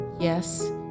Yes